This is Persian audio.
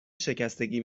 شکستگی